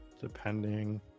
depending